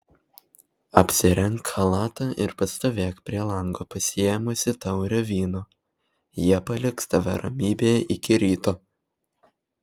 apsirenk chalatą ir pastovėk prie lango pasiėmusi taurę vyno jie paliks tave ramybėje iki ryto